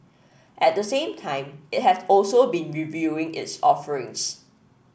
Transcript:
at the same time it has also been reviewing its offerings